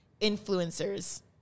influencers